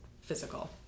physical